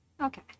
okay